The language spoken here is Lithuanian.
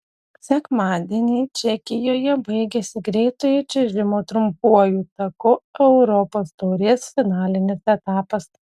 sekmadienį čekijoje baigėsi greitojo čiuožimo trumpuoju taku europos taurės finalinis etapas